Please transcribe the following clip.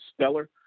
stellar